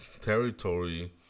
territory